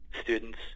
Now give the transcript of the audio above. students